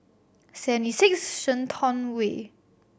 Seventy Six Shenton Way